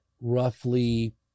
roughly